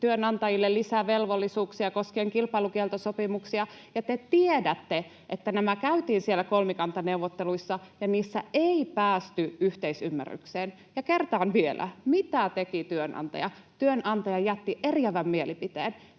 työnantajille lisää velvollisuuksia koskien kilpailukieltosopimuksia, ja te tiedätte, että nämä käytiin siellä kolmikantaneuvotteluissa ja niissä ei päästy yhteisymmärrykseen. Ja kertaan vielä: Mitä teki työnantaja? Työnantaja jätti eriävän mielipiteen.